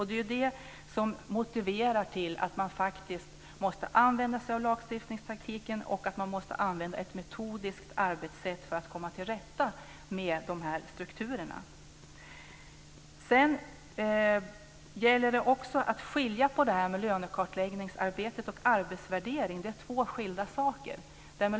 Det är det som motiverar att man faktiskt måste använda en lagstiftningstaktik och ett metodiskt arbetssätt för att komma till rätta med de här strukturerna. Sedan gäller det också att skilja mellan lönekartläggningsarbete och arbetsvärdering. Det är två skilda saker.